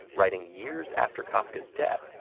writing years after kafka's death,